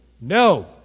No